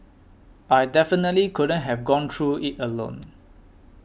I definitely couldn't have gone through it alone